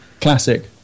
classic